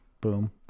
Boom